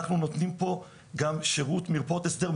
אנחנו נותנים פה גם שירות מרפאות הסדר,